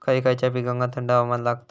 खय खयच्या पिकांका थंड हवामान लागतं?